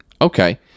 okay